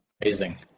Amazing